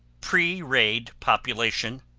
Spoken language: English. pre-raid population